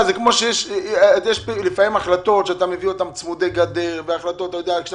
לפעמים יש החלטות שאתה מביא, צמודי גדר וכדומה.